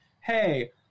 hey